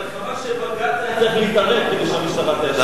חבל שבג"ץ היה צריך להתערב כדי שהמשטרה תאשר,